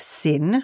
sin